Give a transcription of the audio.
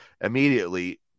immediately